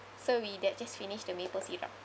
so we that just finished the maple syrup